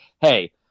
hey